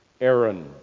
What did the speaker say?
Aaron